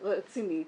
ורצינית.